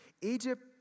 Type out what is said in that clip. Egypt